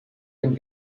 dem